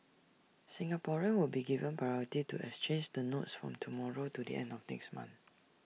Singaporeans will be given priority to exchange the notes from tomorrow to the end of next month